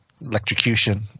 Electrocution